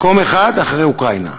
מקום אחד אחרי אוקראינה,